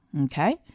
Okay